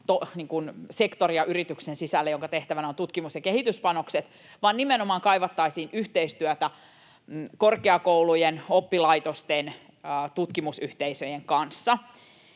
sektoria, jonka tehtävänä ovat tutkimus- ja kehityspanokset, vaan nimenomaan kaivattaisiin yhteistyötä korkeakoulujen, oppilaitosten, tutkimusyhteisöjen kanssa.